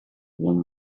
woman